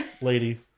lady